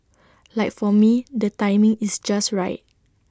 like for me the timing is just right